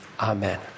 Amen